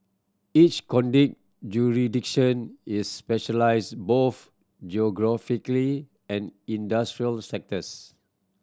each conduit jurisdiction is specialised both geographically and industrial sectors